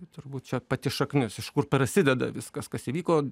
ir turbūt čia pati šaknis iš kur prasideda viskas kas įvyko